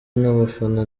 n’abafana